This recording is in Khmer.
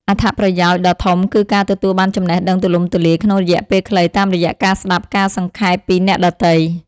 អត្ថប្រយោជន៍ដ៏ធំគឺការទទួលបានចំណេះដឹងទូលំទូលាយក្នុងរយៈពេលខ្លី តាមរយៈការស្ដាប់ការសង្ខេបពីអ្នកដទៃ។